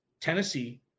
tennessee